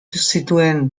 zituen